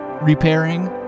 repairing